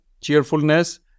cheerfulness